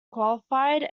qualified